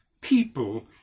people